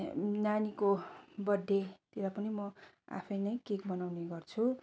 नानीको बड्डेतिर पनि म आफै नै केक बनाउने गर्छु